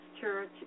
Church